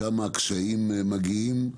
שם הקשיים מגיעים.